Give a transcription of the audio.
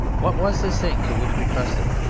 what was this thing to which we trusted?